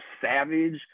savage